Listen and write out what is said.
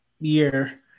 year